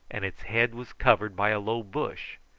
and its head was covered by a low bush.